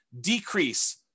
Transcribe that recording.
decrease